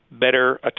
better